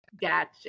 Gotcha